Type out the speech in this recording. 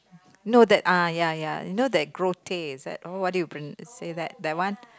no that ah ya ya you know that that oh what do you pron~ say that that one